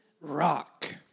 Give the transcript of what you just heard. Rock